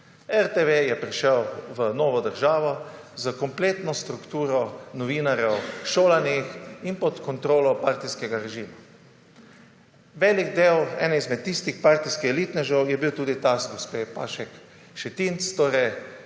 RTV je prišel v novo državo s kompletno strukturo novinarjev, šolanih in pod kontrolo partijskega režima. Eden od tistih partijskih elitnežev je bil tudi ta od gospe Pašek Šetinc, torej